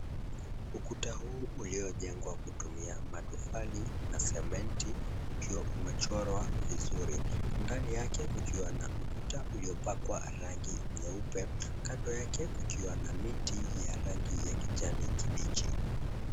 Ukuta huu uliojengwa kutumia matofali na sementi , ukiwa umechorwa vizuri. Ndani yake kukiwa na ukuta ulipakwa rangi nyeupe. Kando yake kukiwa na miti ya rangi ya kijani kibichi.